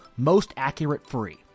mostaccuratefree